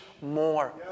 more